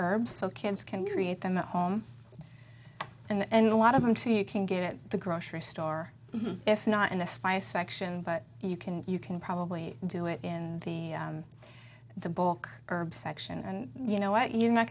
herbs so kids can create them at home and a lot of them too you can get at the grocery store if not in the spice section but you can you can probably do it in the in the book herbs section and you know what you're not